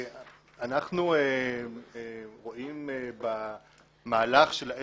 אנחנו רואים במהלך של ה-